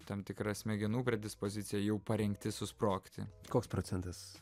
tam tikra smegenų predispozicija jau parengti susprogti koks procentas